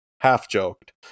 half-joked